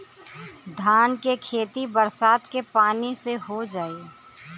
धान के खेती बरसात के पानी से हो जाई?